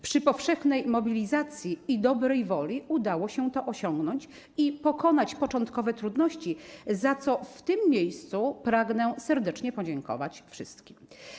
Przy powszechnej mobilizacji i dobrej woli udało się to osiągnąć i pokonać początkowe trudności, za co w tym miejscu pragnę serdecznie podziękować wszystkim.